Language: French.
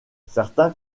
certains